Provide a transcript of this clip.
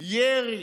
ירי,